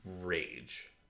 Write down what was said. rage